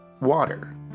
water